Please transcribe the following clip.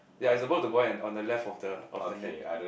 ya is above the boy and on the left of the of the net